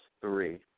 three